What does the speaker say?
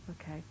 Okay